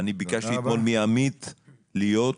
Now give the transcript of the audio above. אני ביקשתי אתמול מעמית להיות,